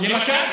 למשל,